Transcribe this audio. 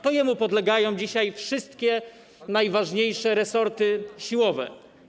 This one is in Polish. To jemu podlegają dzisiaj wszystkie najważniejsze resorty siłowe.